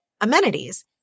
amenities